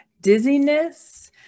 dizziness